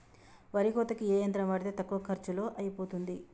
వరి కోతకి ఏ యంత్రం వాడితే తక్కువ ఖర్చులో అయిపోతుంది?